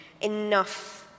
enough